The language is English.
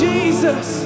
Jesus